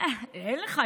אין לך.